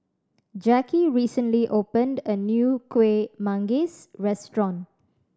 Jacki recently opened a new Kueh Manggis restaurant